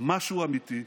משהו אמיתי?